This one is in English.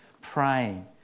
praying